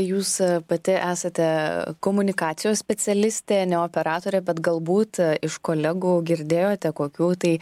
jūs pati esate komunikacijos specialistė ne operatorė bet galbūt iš kolegų girdėjote kokių tai